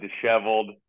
disheveled